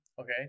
Okay